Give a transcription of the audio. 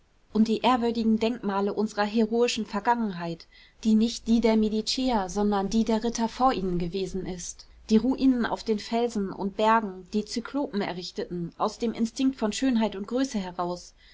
und die ehrwürdigen denkmale unserer heroischen vergangenheit die nicht die der mediceer sondern die der ritter vor ihnen gewesen ist die ruinen auf den felsen und bergen die zyklopen errichteten aus dem instinkt von schönheit und größe heraus